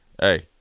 Hey